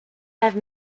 have